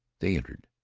they entered.